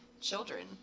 children